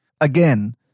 Again